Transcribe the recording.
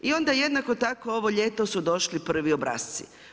I onda jednako tako ovo ljeto su došli prvi obrasci.